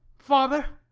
father,